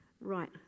Right